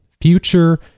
future